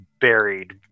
buried